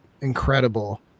incredible